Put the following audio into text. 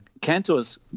Cantor's